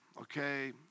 Okay